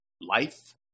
life